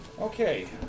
Okay